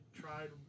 tried